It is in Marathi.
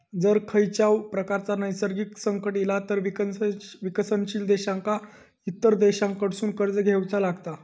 जर खंयच्याव प्रकारचा नैसर्गिक संकट इला तर विकसनशील देशांका इतर देशांकडसून कर्ज घेवचा लागता